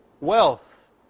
wealth